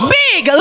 big